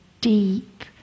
deep